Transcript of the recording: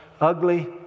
ugly